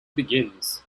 begins